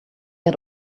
had